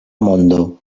mondo